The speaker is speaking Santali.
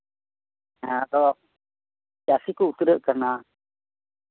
ᱦᱮᱸ ᱟᱫᱚ ᱪᱟᱹᱥᱤ ᱠᱚ ᱩᱛᱱᱟᱹᱜ ᱠᱟᱱᱟ